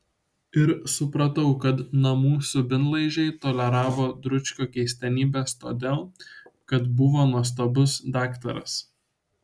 ir supratau kad namų subinlaižiai toleravo dručkio keistenybes todėl kad buvo nuostabus daktaras